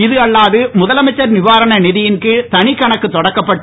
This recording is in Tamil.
இது அல்லாது முதலமைச்சர் நிவாரண நிதியின் கீழ் தனிக் கணக்கு தொடக்கப்பட்டு